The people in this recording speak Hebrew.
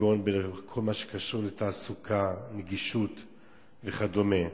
כגון בכל מה שקשור לתעסוקה, נגישות וכדומה,